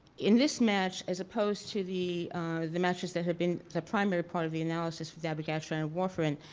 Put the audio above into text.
in this match, as opposed to the the matches that had been the primary part of the analysis of dabigatran and warfarin,